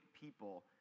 people